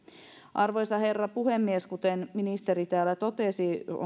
arvoisa herra puhemies kuten ministeri täällä totesi